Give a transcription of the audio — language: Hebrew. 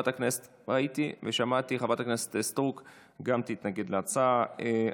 ראיתי ושמעתי, חברת הכנסת סטרוק גם תתנגד להצעה.